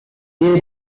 did